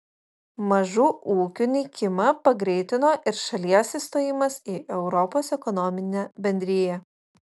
mažų ūkių nykimą pagreitino ir šalies įstojimas į europos ekonominę bendriją